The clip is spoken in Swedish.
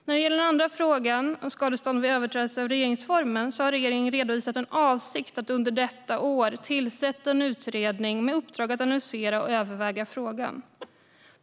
När det gäller den andra frågan, om skadestånd vid överträdelse av regeringsformen, har regeringen redovisat en avsikt att under detta år tillsätta en utredning med uppdrag att analysera och överväga frågan.